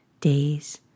days